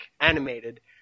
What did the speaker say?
animated